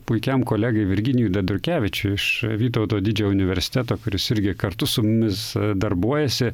puikiam kolegai virginijui dadurkevičiui iš vytauto didžiojo universiteto kuris irgi kartu su mumis darbuojasi